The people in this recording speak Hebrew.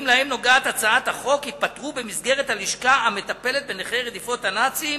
שלהם נוגעת הצעת החוק ייפתרו במסגרת הלשכה המטפלת בנכי רדיפות הנאצים